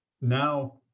now